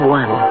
one